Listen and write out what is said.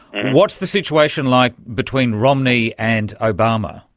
what is the situation like between romney and obama?